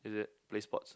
is it play sports